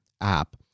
app